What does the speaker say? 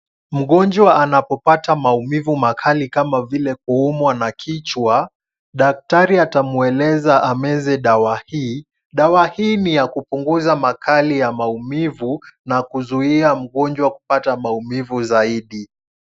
Mgonjwa anapopata maumivu makali kama vile kuumwa na kichwa, daktari atamueleza ameze dawa hii. Dawa hii ni ya kupunguza makali ya maumivu na kuzuia mgonjwa kupata maumivu zaidi.